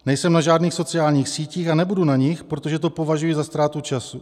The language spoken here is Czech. Nejsem na žádných sociálních sítích a nebudu na nich, protože to považuji za ztrátu času.